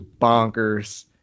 bonkers